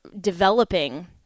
developing